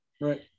Right